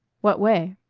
what way?